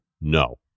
No